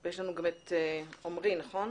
יש לנו גם את עמרי, נכון?